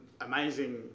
amazing